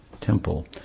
temple